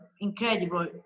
incredible